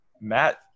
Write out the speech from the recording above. Matt